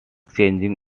changing